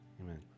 Amen